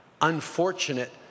unfortunate